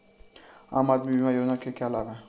आम आदमी बीमा योजना के क्या लाभ हैं?